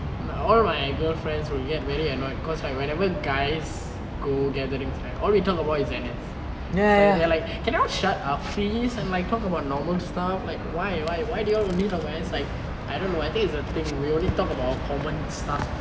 my all my girlfriends who will get very annoyed cause like whenever guys go gatherings right all we talk about is N_S like they are like can you all shut up please and like talk about normal stuff like why you why you why do you all only talk about N_S like I don't know I think it's the thing we only talk about our common stuff